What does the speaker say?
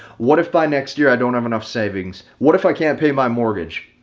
what if by next year, i don't have enough savings? what if i can't pay my mortgage?